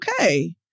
okay